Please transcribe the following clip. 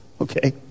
Okay